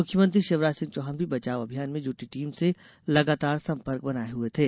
मुख्यमंत्री शिवराज सिंह चौहान भी बचाव अभियान में जुटी टीम से लगातार संपर्क बनाये हुए थे